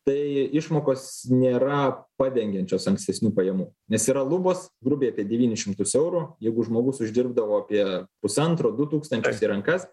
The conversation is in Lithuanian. tai išmokos nėra padengiančios ankstesnių pajamų nes yra lubos grubiai apie devynis šimtus eurų jeigu žmogus uždirbdavo apie pusantro du tūkstančius į rankas